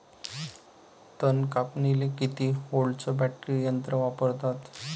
तन कापनीले किती व्होल्टचं बॅटरी यंत्र वापरतात?